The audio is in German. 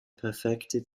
perfekte